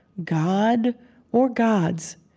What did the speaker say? god or gods,